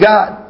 God